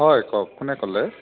হয় কওক কোনে ক'লে